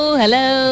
hello